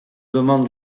demande